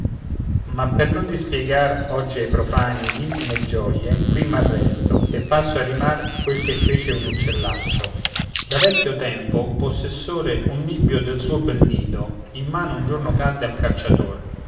ma per non dispiegar oggi ai profani l'intime gioie qui m'arresto e passo a rimar quel che fece un uccellaccio da vecchio tempo possessore un nibbio del suo bel nido in mano un giorno cadde a un cacciator